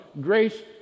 grace